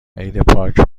عیدپاک